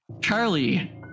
Charlie